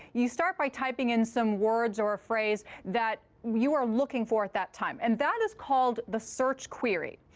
you start by typing in some words or a phrase that you are looking for at that time. and that is called the search query.